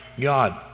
God